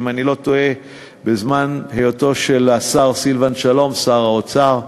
אם אני לא טועה בזמן היותו של השר סילבן שלום שר האוצר,